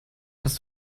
hast